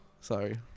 Sorry